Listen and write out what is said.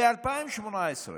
ב-2018,